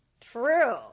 true